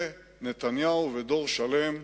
נתניהו ודור שלם,